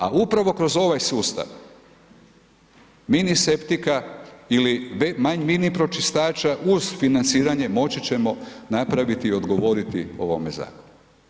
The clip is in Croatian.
A upravo kroz ovaj sustav, miniseptika ili mini pročistača, uz financiranje moći ćemo napraviti i odgovoriti ovome zakonu.